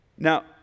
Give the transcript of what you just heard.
Now